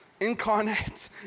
incarnate